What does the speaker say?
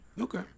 Okay